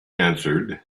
answered